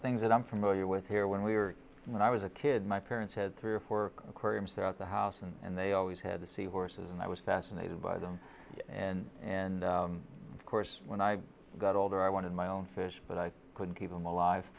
things that i'm familiar with here when we were when i was a kid my parents had three or four koreans there at the house and they always had the sea horses and i was fascinated by them and and of course when i got older i wanted my own fish but i couldn't keep them alive